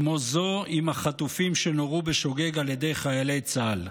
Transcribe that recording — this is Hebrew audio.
כמו זו עם החטופים שנורו בשוגג על ידי חיילי צה"ל.